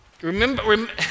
remember